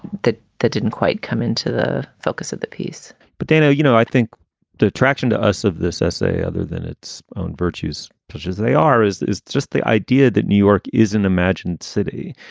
that didn't quite come into the focus of the piece but, dana, you know, i think the attraction to us of this essay, other than its own virtues, such as they are, is is just the idea that new york is an imagined city.